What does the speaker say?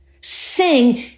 Sing